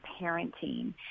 parenting